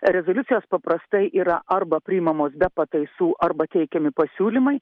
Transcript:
rezoliucijos paprastai yra arba priimamos be pataisų arba teikiami pasiūlymai